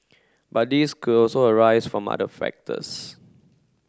but these could also arise from other factors